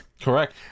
Correct